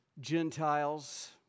Gentiles